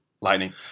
Lightning